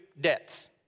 debts